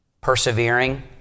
persevering